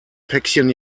päckchen